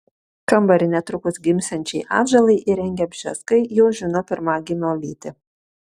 kambarį netrukus gimsiančiai atžalai įrengę bžeskai jau žino pirmagimio lytį